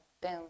Boom